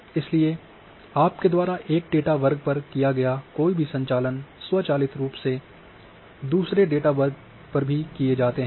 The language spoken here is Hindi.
इसलिए आपके द्वारा एक डेटा वर्ग पर किया गया कोई भी संचालन स्व चालित रूप से दूसरे डेटा वर्ग पर भी किए जाते हैं